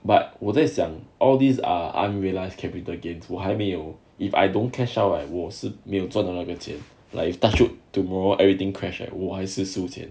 but 我在想 all these are unrealised capital gains were 我还没有 if I don't cash out right 我是没有赚到那个钱 like if touch wood tomorrow everything crashed right 我还是输钱